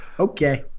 Okay